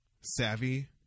savvy